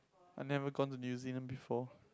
I never gone to new-zealand before